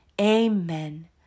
Amen